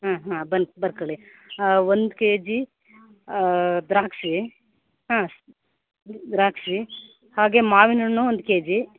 ಹಾಂ ಹಾಂ ಬನ್ ಬರ್ಕೊಳಿ ಒಂದು ಕೆಜಿ ದ್ರಾಕ್ಷಿ ಹಾಂ ದ್ರಾಕ್ಷಿ ಹಾಗೇ ಮಾವಿನ ಹಣ್ಣು ಒಂದು ಕೆಜಿ